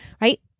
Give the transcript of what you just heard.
right